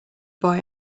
boy